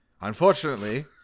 Unfortunately